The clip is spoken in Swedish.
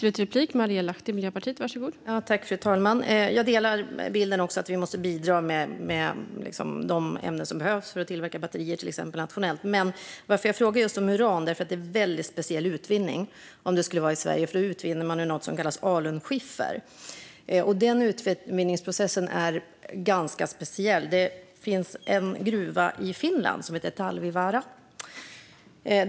Fru talman! Jag delar bilden av att vi måste bidra nationellt med de ämnen som behövs för att tillverka till exempel batterier, men jag frågade om just uran för att det är en väldigt speciell utvinning som i så fall skulle göras i Sverige. Man utvinner uran ur något som kallas alunskiffer. Den utvinningsprocessen är ganska speciell. Det finns en gruva i Finland som heter Talvivaara.